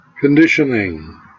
conditioning